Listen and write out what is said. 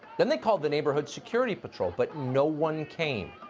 than the call the neighborhood security patrol but no one came.